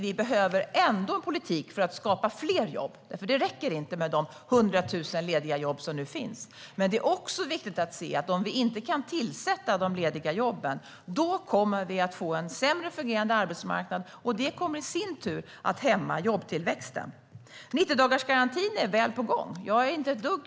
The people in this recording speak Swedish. Vi behöver dock ändå en politik för att skapa fler jobb. Det räcker inte med de 100 000 lediga jobb som nu finns. Men om vi inte kan tillsätta de lediga jobben kommer vi att få en sämre fungerande arbetsmarknad, och det kommer i sin tur att hämma jobbtillväxten. 90-dagarsgarantin är på gång.